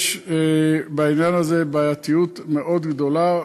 יש בעניין הזה בעייתיות מאוד גדולה,